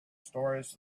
stories